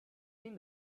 seen